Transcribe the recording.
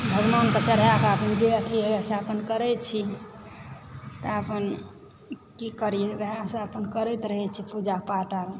भगवान पर चढ़ाकै जे अथी होइए से अपन करय छी अपन की करी वएहसभ करैत रहै छी पूजा पाठ अपन